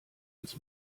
als